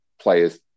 players